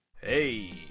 Hey